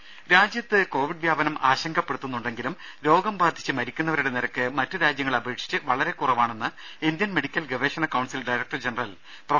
രേര രാജ്യത്ത് കൊവിഡ് വ്യാപനം ആശങ്കപ്പെടുത്തുന്നുണ്ടെങ്കിലും രോഗം ബാധിച്ച് മരിക്കുന്നവരുടെ നിരക്ക് മറ്റു രാജ്യങ്ങളെ അപേക്ഷിച്ച് വളരെ കുറവാണെന്ന് ഇന്ത്യൻ മെഡിക്കൽ ഗവേഷണ കൌൺസിൽ ഡയറക്ടർ ജനറൽ പ്രൊഫ